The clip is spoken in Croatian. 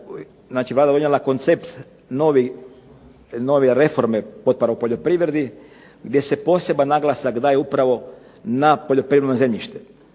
također Vlada donijela koncept nove reforme potpora u poljoprivredi gdje se poseban naglasak daje upravo na poljoprivredno zemljište.